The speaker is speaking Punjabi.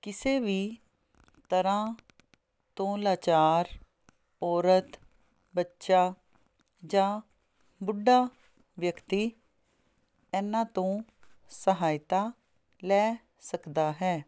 ਕਿਸੇ ਵੀ ਤਰ੍ਹਾਂ ਤੋਂ ਲਾਚਾਰ ਔਰਤ ਬੱਚਾ ਜਾਂ ਬੁੱਢਾ ਵਿਅਕਤੀ ਇਹਨਾਂ ਤੋਂ ਸਹਾਇਤਾ ਲੈ ਸਕਦਾ ਹੈ